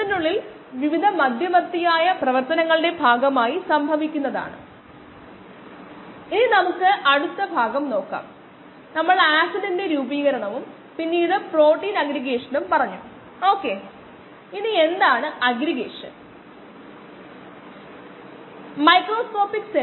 93 plot ചെയ്യാൻ spreadsheet ഉപയോഗിക്കുന്നതാണ് ഇപ്പോൾ നല്ലത് പ്ലോട്ട് ചെയ്യാൻ നമുക്ക് ഒരു ഗ്രാഫ് ഷീറ്റ് ഉപയോഗിക്കാം പ്ലോട്ട് ചെയ്യാൻ നമുക്ക് ഒരു സ്പ്രെഡ് ഷീറ്റ് ഉപയോഗിക്കാം